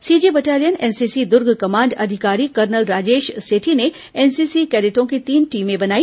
CG battalion NCC Durg command अधिकारी colonel Rajesh Sethi ने NCC कैडेटों की तीन टीमें बनाई